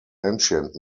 ancient